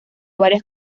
varias